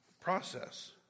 process